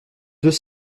deux